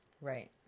Right